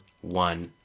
one